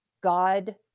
God